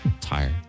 Tired